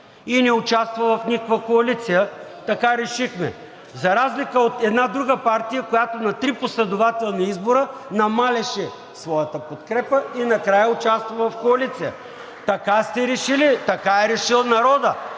и не участва в никаква коалиция – така решихме, за разлика от една друга партия, която на три последователни избора намаляваше своята подкрепа и накрая участва в коалиция. (Ръкопляскания от ДПС.) Така сте решили, така е решил народът.